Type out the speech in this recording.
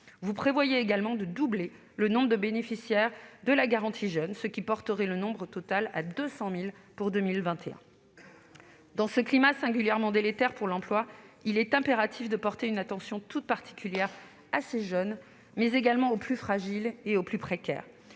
Vous prévoyez également de doubler le nombre de bénéficiaires de la garantie jeunes, ce qui porterait leur nombre à 200 000 en 2021. Dans ce climat singulièrement délétère pour l'emploi, il est impératif de prêter une attention toute particulière aux jeunes, mais également aux plus fragiles et aux plus précaires.